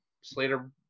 Slater